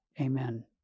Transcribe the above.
Amen